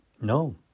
no